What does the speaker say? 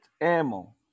ammo